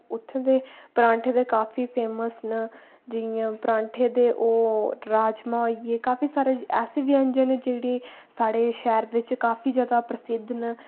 उत्थें दे परांठे ते काफी फेमस न जि'यां परांठे दे ओ राजमा होइये काफी सारे ऐसे व्यंजन जेह्ड़ी साढ़े शैह्र बिच काफी ज्यादा प्रसिद्ध न